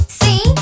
see